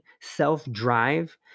self-drive